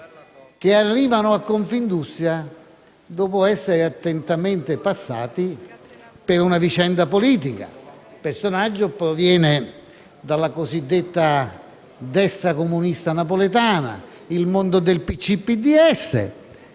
che arrivano a Confindustria dopo essere attentamente passati per una vicenda politica. Il personaggio proviene dalla cosiddetta "destra comunista napoletana", cioè il mondo del PCI-PDS.